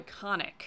iconic